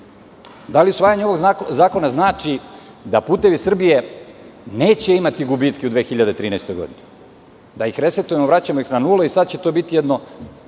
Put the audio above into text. Da li usvajanje ovog zakona znači da "Putevi Srbije" neće imati gubitke u 2013. godini? Da ih restartujemo, vraćamo na nulu i sada će to biti jedno